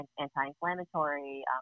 anti-inflammatory